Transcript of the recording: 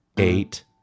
Eight